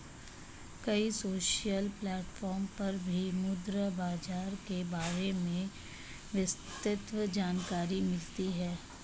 कई social platform पर भी मुद्रा बाजार के बारे में विस्तृत जानकरी मिलती है